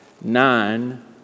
nine